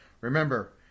Remember